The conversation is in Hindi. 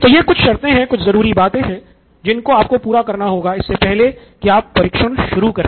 तो ये कुछ शर्तें हैं कुछ ज़रूरी बातें हैं जिनको आपको पूरा करना होगा इससे पहले की आप परीक्षण शुरू करे